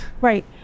Right